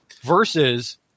versus